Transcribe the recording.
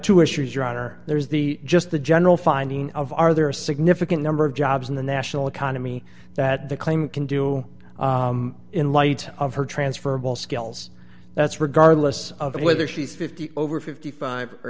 two issues your honor there's the just the general finding of are there a significant number of jobs in the national economy that the claim can do in light of her transferable skills that's regardless of whether she's fifty over fifty five